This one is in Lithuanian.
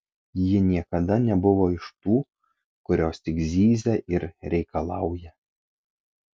ji niekada nebuvo iš tų kurios tik zyzia ir reikalauja